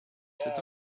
cet